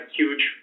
huge